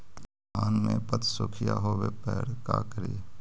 धान मे पत्सुखीया होबे पर का करि?